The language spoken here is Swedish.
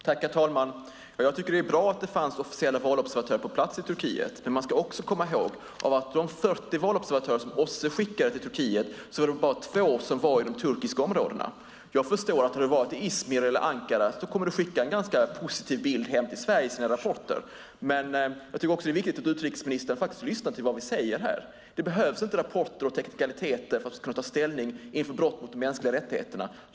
Herr talman! Jag tycker att det är bra att det fanns officiella valobservatörer på plats i Turkiet. Men man ska också komma ihåg att av de 40 valobservatörer som OSSE skickade till Turkiet var det bara två som var i de kurdiska områdena. Jag förstår att om man har varit i Izmir eller Ankara kommer man att skicka en ganska positiv bild hem till Sverige i sina rapporter. Men det är också viktigt att utrikesministern faktiskt lyssnar till vad vi säger här. Det behövs inte rapporter och teknikaliteter för att vi ska kunna ta ställning till brott mot de mänskliga rättigheterna.